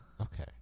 okay